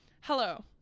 Hello